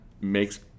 makes